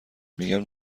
میگم